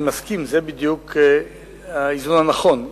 זה בדיוק האיזון הנכון.